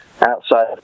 outside